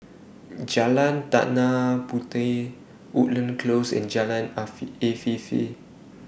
Jalan Tanah Puteh Woodlands Close and Jalan Afifi